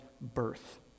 birth